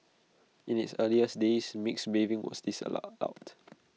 in its earlier days mixed bathing was disallow loud